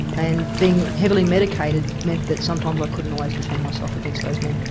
and being heavily medicated meant that sometimes i couldn't always defend myself against those men.